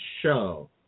show